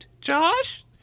Josh